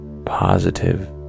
Positive